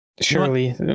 surely